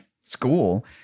school